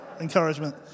encouragement